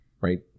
Right